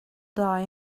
die